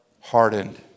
hardened